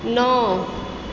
नओ